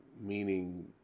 meaning